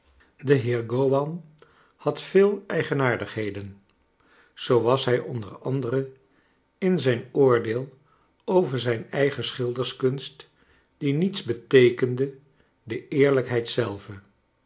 de heer gowan had veel eigenaardigheden zoo was hij o a in zijn oordeel over zijn eigen schilderkunst die niets beteekende de eerlijkheid zelve